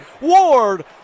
Ward